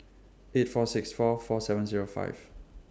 eight four six four four seven Zero five